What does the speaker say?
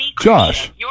Josh